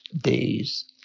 days